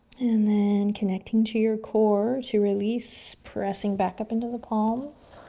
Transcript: and then connecting to your core to release, pressing back up into the palms.